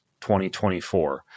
2024